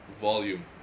volume